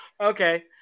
Okay